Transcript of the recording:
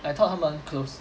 I thought 他们 close